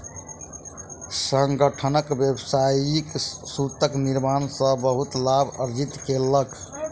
संगठन व्यावसायिक सूतक निर्माण सॅ बहुत लाभ अर्जित केलक